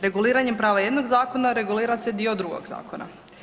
Reguliranjem prava jednog zakona regulira se dio drugog zakona.